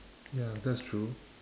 ya that's true